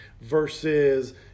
versus